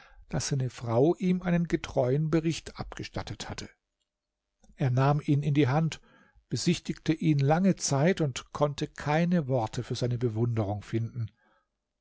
daß seine frau ihm einen getreuen bericht abgestattet hatte er nahm ihn in die hand besichtigte ihn lange zeit und konnte keine worte für seine bewunderung finden